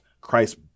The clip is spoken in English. Christ